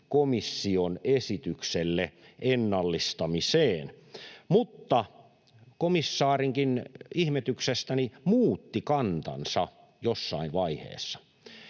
komission esitykselle ennallistamiseen mutta komissaarinkin ihmetykseksi muutti kantansa jossain vaiheessa.